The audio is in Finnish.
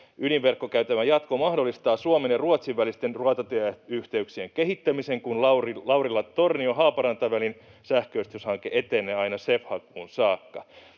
Ydinverkkokäytävän jatko mahdollistaa Suomen ja Ruotsin välisten rautatieyhteyksien kehittämisen, kun Laurila—Tornio—Haaparanta-välin sähköistyshanke etenee aina CEF-hakuun saakka.